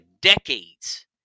decades